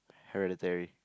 hereditary